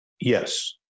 Yes